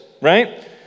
right